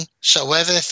soever